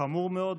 זה חמור מאוד.